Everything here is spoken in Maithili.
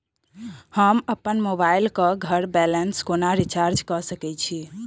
हम अप्पन मोबाइल कऽ घर बैसल कोना रिचार्ज कऽ सकय छी?